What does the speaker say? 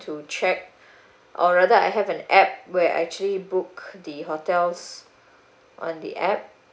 to check or rather I have an app where I actually book the hotels on the app